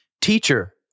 Teacher